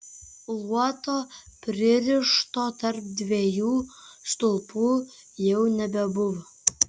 luoto pririšto tarp dviejų stulpų jau nebebuvo